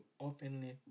openly